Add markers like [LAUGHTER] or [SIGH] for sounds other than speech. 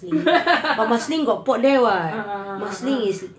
[LAUGHS] ah ah ah ah ah